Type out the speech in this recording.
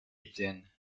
étienne